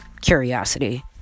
Curiosity